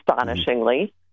astonishingly